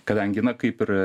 kadangina kaip ir